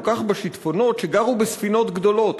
כך בשיטפונות / שגרו בספינות גדולות,